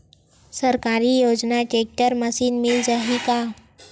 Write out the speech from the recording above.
सरकारी योजना टेक्टर मशीन मिल जाही का?